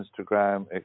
Instagram